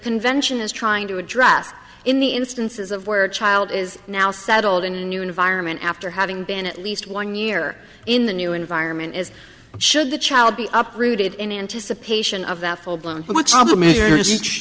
convention is trying to address in the instances of where child is now settled in a new environment after having been at least one year in the new environment is should the child be up rooted in anticipation of the full blown